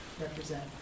represent